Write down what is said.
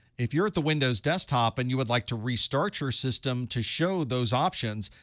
if you're at the windows desktop, and you would like to restart your system to show those options,